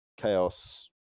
Chaos